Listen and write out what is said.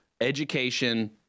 education